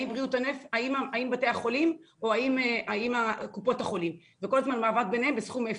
האם בתי החולים או האם קופות החולים וכל הזמן מאבק ביניהם וסכום אפס,